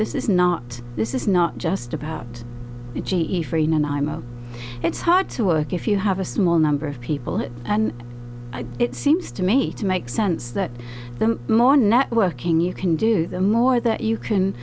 this is not this is not just about g e for you and i'm a it's hard to work if you have a small number of people and it seems to me to make sense that the more networking you can do the more that you can